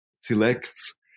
selects